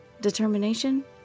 Determination